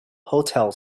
hotel